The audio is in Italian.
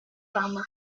fama